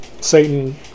Satan